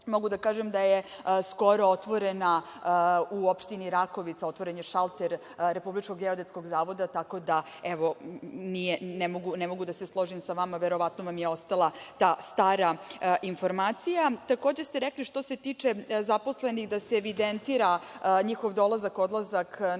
mogu da kažem da je skoro otvoren u opštini Rakovica šalter Republičkog geodetskog zavoda, tako da ne mogu da se složim sa vama, verovatno vam je ostala ta stara informacija. Takođe ste rekli što ste tiče zaposlenih da se evidentira njihov dolazak i odlazak na